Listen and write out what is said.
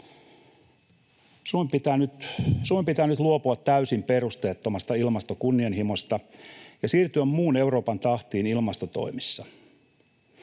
Suomen pitää nyt luopua täysin perusteettomasta ilmastokunnianhimosta ja siirtyä muun Euroopan tahtiin ilmastotoimissa.